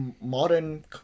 modern